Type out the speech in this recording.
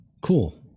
Cool